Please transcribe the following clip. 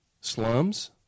slums